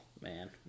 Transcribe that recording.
man